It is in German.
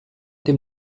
dem